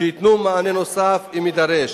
שייתנו מענה נוסף אם יידרש.